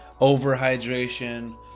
overhydration